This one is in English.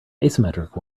asymmetric